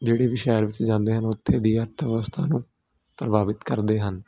ਜਿਹੜੀ ਵੀ ਸ਼ਹਿਰ ਵਿੱਚ ਜਾਂਦੇ ਹਨ ਉੱਥੇ ਦੀ ਅਰਥ ਵਿਵਸਥਾ ਨੂੰ ਪ੍ਰਭਾਵਿਤ ਕਰਦੇ ਹਨ